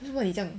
为什么你这样